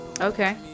Okay